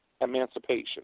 emancipation